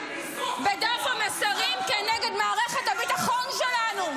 שמשתמשים בדף המסרים כנגד מערכת הביטחון שלנו.